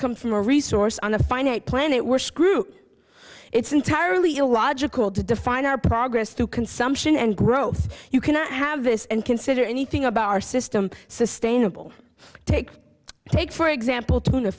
come from a resource on a finite planet we're screwed it's entirely illogical to define our progress through consumption and growth you cannot have this and consider anything about our system sustainable take take for example tuna